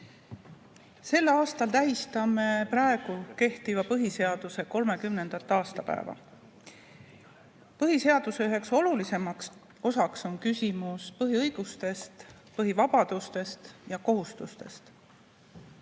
Sel aastal tähistame kehtiva põhiseaduse 30. aastapäeva. Põhiseaduse üheks olulisemaks osaks on küsimus põhiõigustest, põhivabadustest ja kohustustest.